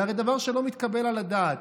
זה הרי דבר שלא מתקבל על הדעת.